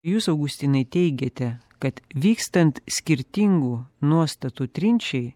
jūs augustinai teigėte kad vykstant skirtingų nuostatų trinčiai